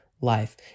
life